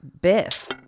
Biff